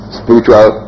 spiritual